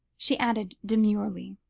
she added demurely.